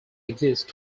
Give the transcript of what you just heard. exist